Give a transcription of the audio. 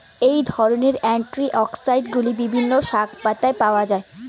এই ধরনের অ্যান্টিঅক্সিড্যান্টগুলি বিভিন্ন শাকপাতায় পাওয়া য়ায়